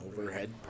overhead